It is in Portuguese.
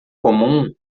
comum